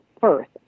first